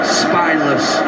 spineless